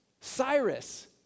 Cyrus